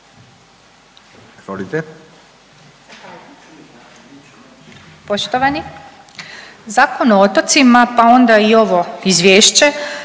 Poštovani, Zakon o otocima pa onda i ovo izvješće